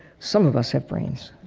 some of us have brains.